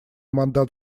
мандат